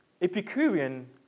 Epicurean